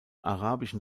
arabischen